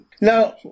Now